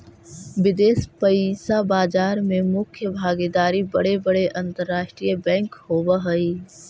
विदेश पइसा बाजार में मुख्य भागीदार बड़े बड़े अंतरराष्ट्रीय बैंक होवऽ हई